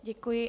Děkuji.